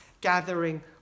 gathering